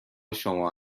شما